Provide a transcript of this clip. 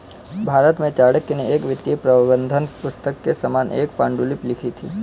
भारत में चाणक्य ने एक वित्तीय प्रबंधन पुस्तक के समान एक पांडुलिपि लिखी थी